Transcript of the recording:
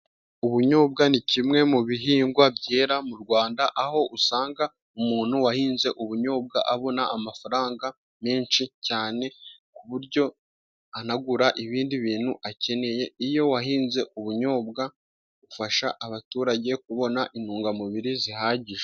Ubunyobwa ni kimwe mu bihingwa byera mu Rwanda, aho usanga umuntu wahinze ubunyobwa abona amafaranga menshi cyane, ku buryo anagura ibindi bintu akeneye. Iyo wahinze ubunyobwa ufasha abaturage kubona intungamubiri zihagije.